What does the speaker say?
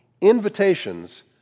invitations